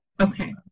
Okay